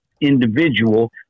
individual